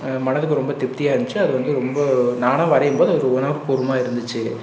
மனதுக்கு ரொம்ப திருப்தியாக இருந்துச்சு அது வந்து ரொம்ப நானாக வரையும்போது அது உணர்வுபூர்வமாக இருந்துச்சு